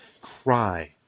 cry